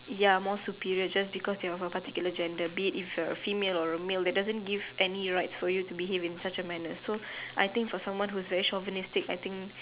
ya more superior just because your of a particular gender be it if your a female or a male that doesn't give you any right to behave in such a manner so I thin for someone who is very chauvinistic I think